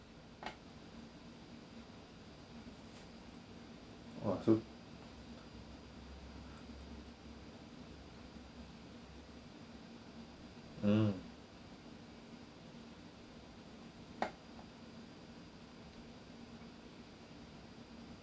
!wah! so mm